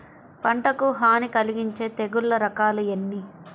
పంటకు హాని కలిగించే తెగుళ్ళ రకాలు ఎన్ని?